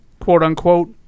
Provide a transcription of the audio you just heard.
quote-unquote